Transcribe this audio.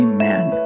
Amen